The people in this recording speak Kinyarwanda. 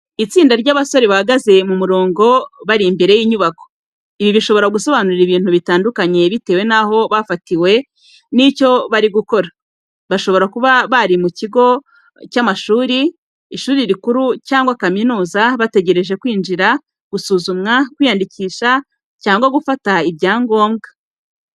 Itsinda ry’abasore bahagaze mu murongo bari imbere y’inyubako. Ibi bishobora gusobanura ibintu bitandukanye bitewe n'aho bafatiwe n'icyo bari gukora. Bashobora kuba bari ku kigo cy'amashuri, ishuri rikuru cyangwa kaminuza, bategereje kwinjira, gusuzumwa, kwiyandikisha cyangwa gufata ibyangombwa.